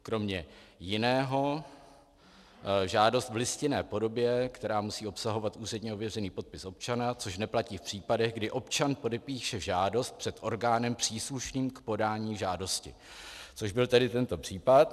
Kromě jiného žádost v listinné podobě, která musí obsahovat úředně ověřený podpis občana, což neplatí v případech, kdy občan podepíše žádost před orgánem příslušným k podání žádosti, což byl tedy tento případ.